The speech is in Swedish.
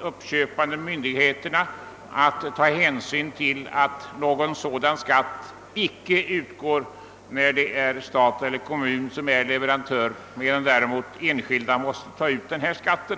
uppköpande statliga myndigheterna att ta hänsyn till att någon skatt icke utgår när stat eller kommun är leverantör, medan däremot enskilda måste ta ut skatt.